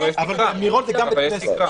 אבל מירון זה גם בית כנסת.